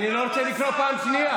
אני לא רוצה לקרוא אותך פעם שנייה.